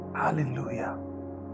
hallelujah